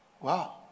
Wow